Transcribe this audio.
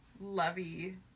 lovey